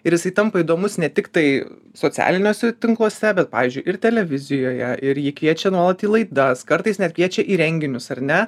ir jisai tampa įdomus ne tiktai socialiniuose tinkluose bet pavyzdžiui ir televizijoje ir jį kviečia nuolat į laidas kartais net kviečia į renginius ar ne